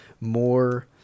more